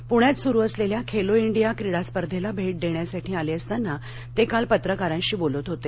पूण्यात सुरू असलेल्या खेलो इंडिया क्रीडा स्पर्धेला भेट देण्यासाठी आले असताना ते काल पत्रकारांशी बोलत होते